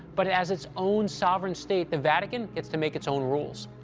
but as its own sovereign state, the vatican gets to make its own rules.